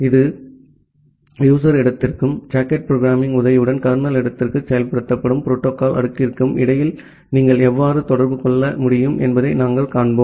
இந்த யூசர் இடத்திற்கும் socket programming உதவியுடன் கர்னல் இடத்திற்குள் செயல்படுத்தப்படும் புரோட்டோகால் அடுக்கிற்கும் இடையில் நீங்கள் எவ்வாறு தொடர்பு கொள்ள முடியும் என்பதை நாங்கள் காண்போம்